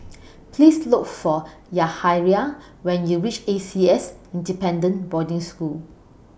Please Look For Yahaira when YOU REACH A C S Independent Boarding School